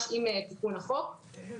סעיף 315(א)(3)